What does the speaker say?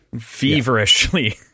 feverishly